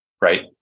right